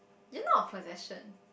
you're not a possession